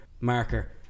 marker